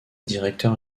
directeur